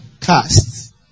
cast